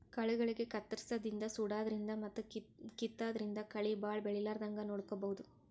ಕಳಿಗಳಿಗ್ ಕತ್ತರ್ಸದಿನ್ದ್ ಸುಡಾದ್ರಿನ್ದ್ ಮತ್ತ್ ಕಿತ್ತಾದ್ರಿನ್ದ್ ಕಳಿ ಭಾಳ್ ಬೆಳಿಲಾರದಂಗ್ ನೋಡ್ಕೊಬಹುದ್